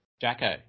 Jacko